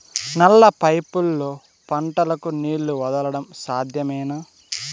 నల్ల పైపుల్లో పంటలకు నీళ్లు వదలడం సాధ్యమేనా?